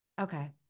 Okay